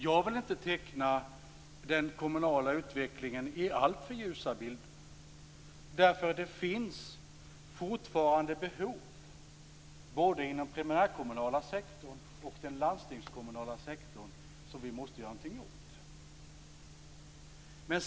Jag vill inte teckna den kommunala utvecklingen i alltför ljusa färger. Det finns fortfarande behov både inom primärkommunala sektorn och inom den landstingskommunala sektorn som vi måste göra någonting åt.